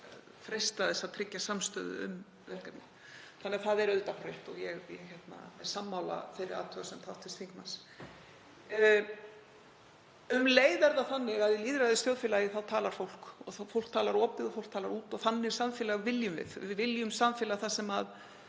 freista þess að tryggja samstöðu um verkefni. Það er auðvitað rétt og ég er sammála þeirri athugasemd hv. þingmanns. Um leið er það þannig að í lýðræðisþjóðfélagi talar fólk, fólk talar opið og fólk talar út og þannig samfélag viljum við. Við viljum samfélag þar sem